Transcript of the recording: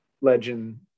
legend